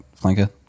flanker